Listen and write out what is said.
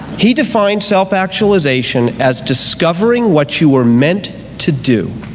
he defined self actualization as discovering what you were meant to do